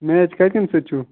match کَتھ ٹیٖمہِ سۭتۍ چھُو